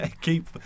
Keep